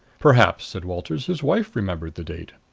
perhaps said walters his wife remembered the date.